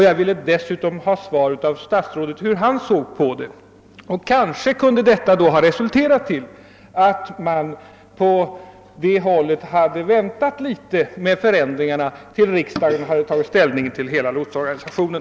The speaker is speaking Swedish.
Jag ville dessutom få ett besked från statsrådet om hans syn på frågan huruvida man inte på detta område hade kunnat vänta något med förändringarna till dess att riksdagen fått tillfälle att ta ställning till hela lotsorganisationen.